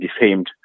defamed